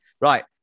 Right